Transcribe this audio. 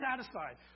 satisfied